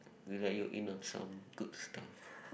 we let you in on some good stuff